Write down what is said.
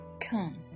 Come